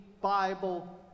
Bible